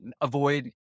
avoid